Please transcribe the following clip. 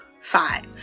five